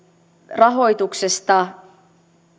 rahoituksesta